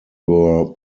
were